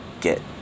get